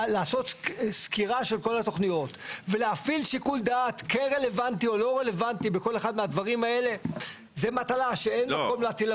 לצורך מתן אפשרות לוועדות מחוזיות לפנות ולבקש הארכה בהתאם למנגנון